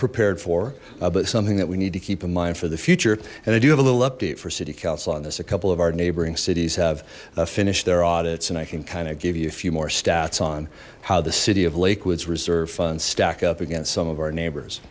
prepared for but something that we need to keep in mind for the future and i do have a little update for city council on this a couple of our neighboring cities have finished their audits and i can kind of give you a few more stats on how the city of lake woods reserve fund stack up against some of our neighbors